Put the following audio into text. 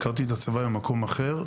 הכרתי את הצבא ממקום אחר,